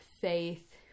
faith